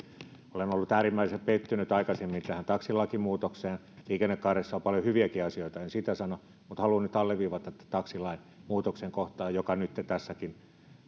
olen ollut äärimmäisen pettynyt aikaisemmin tähän taksilakimuutokseen liikennekaaressa on paljon hyviäkin asioita en sitä sano mutta haluan nyt alleviivata tätä taksilain muutoksen kohtaa joka nytten tässä